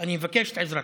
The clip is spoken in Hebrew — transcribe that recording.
אני אבקש את עזרתו.